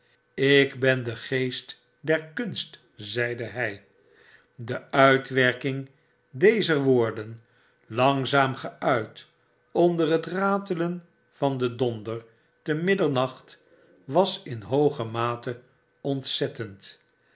ik ben de geest der kunst zeide hji de uitwerking dezer woorden langzaam geuit onder het ratelen van den donder te middernacht was in hooge mate ontzettend